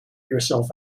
yourself